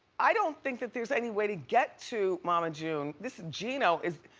i don't think that there's any way to get to mama june. this geno is,